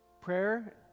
Prayer